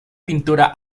pintura